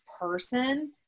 person